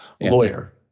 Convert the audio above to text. lawyer